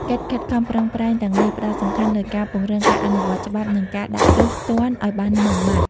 កិច្ចខិតខំប្រឹងប្រែងទាំងនេះផ្តោតសំខាន់លើការពង្រឹងការអនុវត្តច្បាប់ និងការដាក់ទោសទណ្ឌឲ្យបានម៉ឺងម៉ាត់។